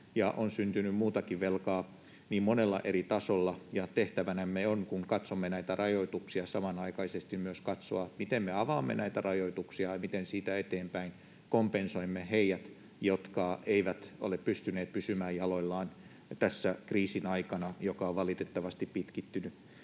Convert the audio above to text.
on syntynyt muutakin velkaa niin monella eri tasolla, ja kun katsomme näitä rajoituksia, tehtävänämme on samanaikaisesti myös katsoa, miten me avaamme näitä rajoituksia ja miten siitä eteenpäin kompensoimme heille, jotka eivät ole pystyneet pysymään jaloillaan tässä kriisin aikana, joka valitettavasti on pitkittynyt.